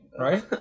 Right